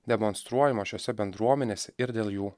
demonstruojamo šiose bendruomenėse ir dėl jų